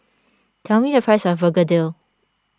tell me the price of Begedil